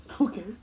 Okay